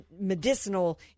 medicinal